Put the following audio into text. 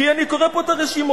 כי אני קורא פה את הרשימות,